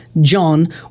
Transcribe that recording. John